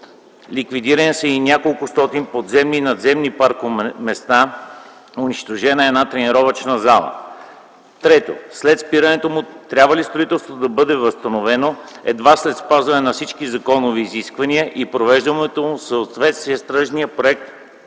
Ликвидирани са и неколкостотин подземни и надземни паркоместа, унищожена е една тренировъчна зала. 3. След спирането му трябва ли строителството да бъде възобновено, едва след спазването на всички законови изисквания и привеждането му в съответствие с тръжния проект